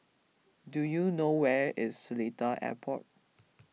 do you know where is Seletar Airport